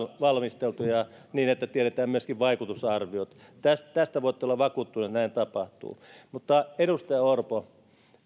valmisteltuja niin että tiedetään myöskin vaikutusarviot tästä tästä voitte olla vakuuttunut että näin tapahtuu mutta edustaja orpo